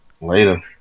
Later